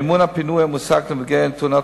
מימון הפינוי המוסק המגיע לנפגעי תאונות